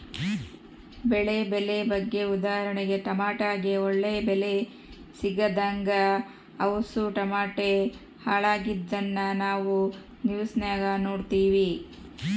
ಬೆಳೆ ಬೆಲೆ ಬಗ್ಗೆ ಉದಾಹರಣೆಗೆ ಟಮಟೆಗೆ ಒಳ್ಳೆ ಬೆಲೆ ಸಿಗದಂಗ ಅವುಸು ಟಮಟೆ ಹಾಳಾಗಿದ್ನ ನಾವು ನ್ಯೂಸ್ನಾಗ ನೋಡಿವಿ